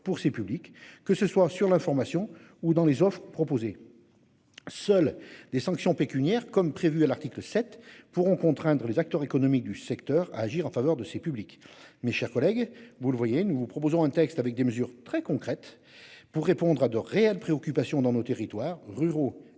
pour ces publics que ce soit sur l'information ou dans les offres proposées. Seules des sanctions pécuniaires comme prévu à l'article 7 pourront contraindre les acteurs économiques du secteur à agir en faveur de ces publics. Mes chers collègues, vous le voyez, nous vous proposons un texte avec des mesures très concrètes pour répondre à de réelles préoccupations dans nos territoires ruraux et